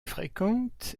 fréquente